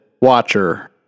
Watcher